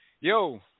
yo